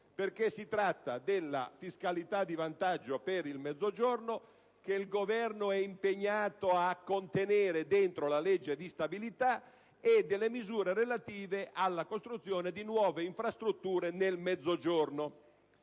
perché si tratta della fiscalità di vantaggio per il Mezzogiorno, che il Governo è impegnato a contenere dentro la legge di stabilità, e delle misure relative alla costruzione di nuove infrastrutture nel Mezzogiorno.